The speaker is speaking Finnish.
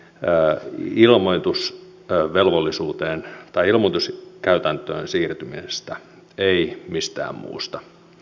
ja kilvoitus tai velvollisuuteen tai tähän ilmoituskäytäntöön siirtymisestä ei mistään muusta